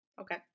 Okay